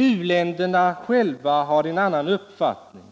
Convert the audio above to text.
U-länderna själva har en annan uppfattning,